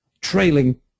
trailing